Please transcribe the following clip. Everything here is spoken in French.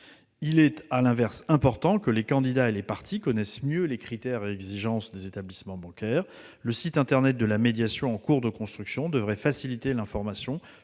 il est important que les candidats et les partis connaissent mieux les critères et exigences des établissements bancaires. Le site internet de la médiation, en cours de construction, devrait faciliter l'information